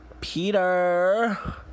Peter